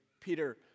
Peter